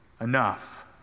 Enough